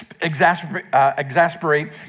exasperate